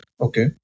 Okay